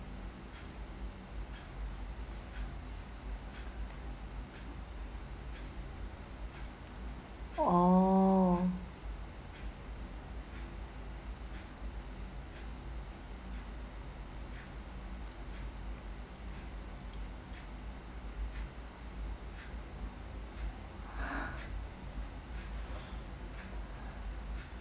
oh